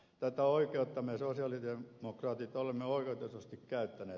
tätä oikeutta me sosialidemokraatit olemme oikeutetusti käyttäneet